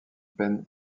peine